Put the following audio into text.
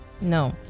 No